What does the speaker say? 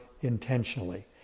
intentionally